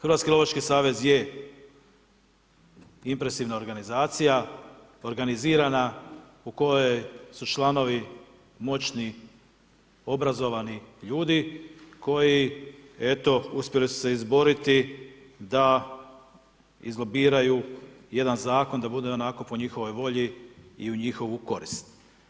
Hrvatski lovački savez je impresivna organizacija, organizirana u kojoj su članovi moćni obrazovani ljudi koji eto uspjeli su se izboriti da izlobiraju jedan zakon da bude onako po njihovoj volji i u njihovu korist.